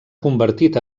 convertit